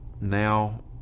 now